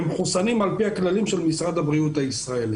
ושיהיו מחוסנים על פי הכללים של משרד הבריאות הישראלי.